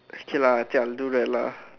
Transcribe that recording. K lah okay I'll do that lah